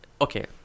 okay